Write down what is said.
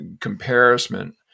comparison